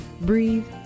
Breathe